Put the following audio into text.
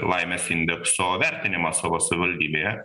laimės indekso vertinimą savo savivaldybėje